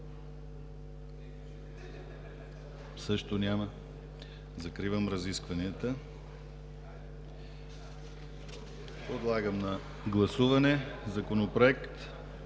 Също няма. Закривам разискванията. Подлагам на гласуване Законопроект